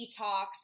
detox